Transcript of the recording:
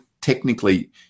technically